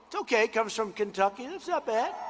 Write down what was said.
ok, comes from kentucky that's yeah but